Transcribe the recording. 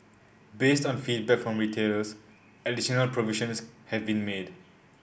based on feedback from retailers additional provisions have been made